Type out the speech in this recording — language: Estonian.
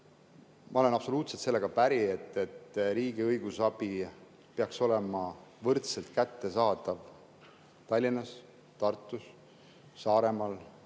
olen absoluutselt päri sellega, et riigi õigusabi peaks olema võrdselt kättesaadav Tallinnas, Tartus, Saaremaal,